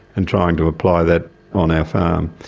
and trying to apply that on our farm.